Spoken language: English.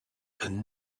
and